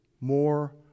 more